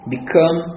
become